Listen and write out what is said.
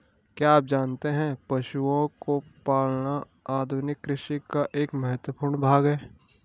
क्या आप जानते है पशुओं को पालना आधुनिक कृषि का एक महत्वपूर्ण भाग है?